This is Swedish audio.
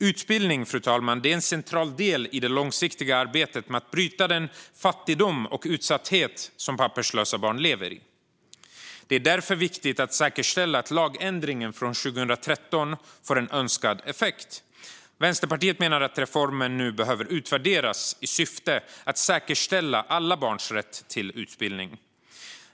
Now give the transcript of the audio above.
Utbildning, fru talman, är en central del i det långsiktiga arbetet med att bryta den fattigdom och utsatthet som papperslösa barn lever i. Det är därför viktigt att säkerställa att lagändringen från 2013 får önskad effekt. Vänsterpartiet menar att reformen nu behöver utvärderas i syfte att säkerställa alla barns rätt till utbildning.